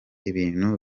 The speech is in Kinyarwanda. ibintu